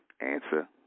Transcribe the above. answer